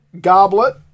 goblet